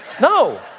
No